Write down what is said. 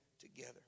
together